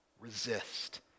resist